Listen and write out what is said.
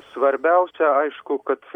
svarbiausia aišku kad